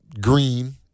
green